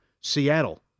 Seattle